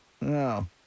No